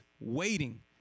waiting